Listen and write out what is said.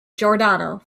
giordano